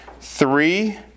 three